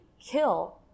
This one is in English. kill